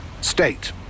state